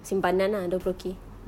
simpanan ah dua puluh K